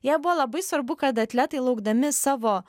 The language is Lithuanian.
jai buvo labai svarbu kad atletai laukdami savo